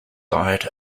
diet